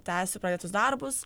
tęsiu pradėtus darbus